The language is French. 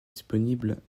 disponibles